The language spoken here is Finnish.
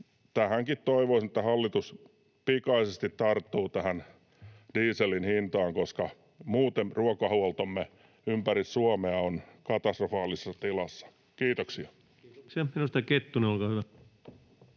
Nyt toivoisin, että hallitus pikaisesti tarttuu tähän dieselin hintaankin, koska muuten ruokahuoltomme ympäri Suomea on katastrofaalisessa tilassa. — Kiitoksia. [Speech